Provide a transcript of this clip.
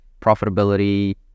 profitability